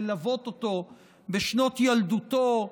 ללוות אותו בשנות ילדותו,